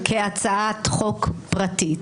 בין כהצעת חוק פרטית,